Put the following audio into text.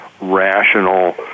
rational